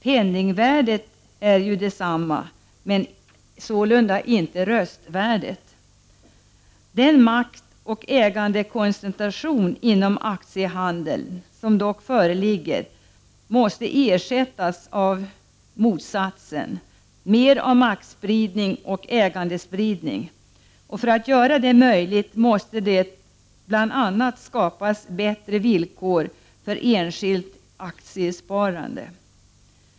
Penningvärdet är ju detsamma, men inte röstvärdet! Den maktoch ägandekoncentration inom aktiehandeln som föreligger måste ersättas av motsatsen, mer av maktspridning och ägandespridning. Och för att göra det möjligt måste det bl.a. skapas bättre villkor för enskilt aktiesparande.